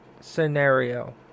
scenario